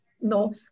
No